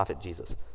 Jesus